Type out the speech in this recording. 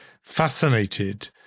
fascinated